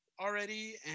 already